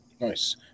Nice